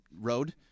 Road